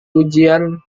ujian